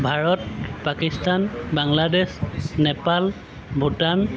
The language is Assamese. ভাৰত পাকিস্তান বাংলাদেশ নেপাল ভূটান